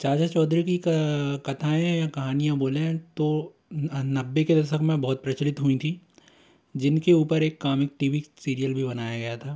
चाचा चौधरी की कथाएँ कहानीयाँ बोलें तो नब्बे के दशक में बहुत प्रचलित हुई थी जिन के ऊपर एक कामिक टी वी सीरियल भी बनाया गया था